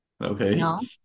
Okay